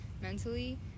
mentally